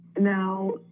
now